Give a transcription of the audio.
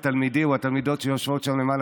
התלמידים והתלמידות שיושבים שם למעלה,